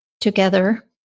Together